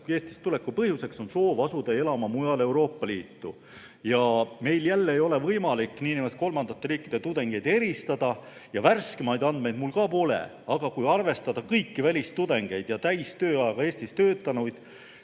Eestisse tuleku põhjus on soov asuda elama mujale Euroopa Liidus. Meil ei ole võimalik nn kolmandate riikide tudengeid eristada ja värskemaid andmeid mul ka pole. Aga kui arvestada kõiki välistudengeid ja täistööajaga Eestis töötanuid,